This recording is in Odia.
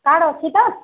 କାର୍ଡ଼ ଅଛି ତ